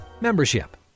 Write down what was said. Membership